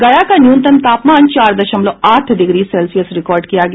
गया का न्यूनतम तापमान चार दशमलव आठ डिग्री सेल्सियस रिकॉर्ड किया गया